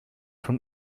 vom